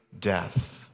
death